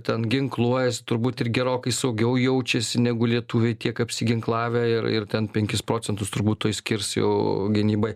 ten ginkluojasi turbūt ir gerokai saugiau jaučiasi negu lietuviai tiek apsiginklavę ir ir ten penkis procentus turbūt tuoj skirs jau gynybai